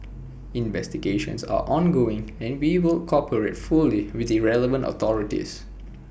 investigations are ongoing and we will cooperate fully with the relevant authorities